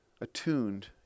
attuned